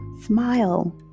Smile